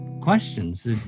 questions